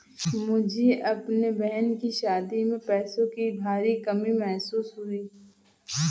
मुझे अपने बहन की शादी में पैसों की भारी कमी महसूस हुई